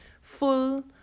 full